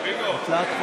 עשר דקות